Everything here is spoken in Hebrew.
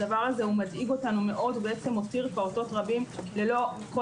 הדבר הזה מדאיג אותנו מאוד ובעצם מותיר פעוטות רבים ללא כל